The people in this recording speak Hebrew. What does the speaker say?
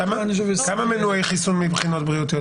כמה מנועי חיסון יש מבחינות בריאותיות?